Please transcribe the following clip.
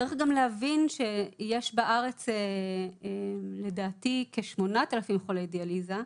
צריך גם להבין שיש בארץ לדעתי כ-8,000 חולי דיאליזה,